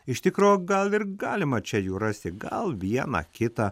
iš tikro gal ir galima čia jų rasti gal vieną kitą